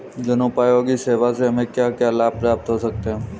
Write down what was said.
जनोपयोगी सेवा से हमें क्या क्या लाभ प्राप्त हो सकते हैं?